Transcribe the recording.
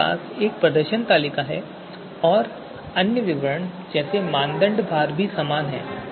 हमारे पास एक ही प्रदर्शन तालिका है और अन्य विवरण जैसे मानदंड भार भी समान हैं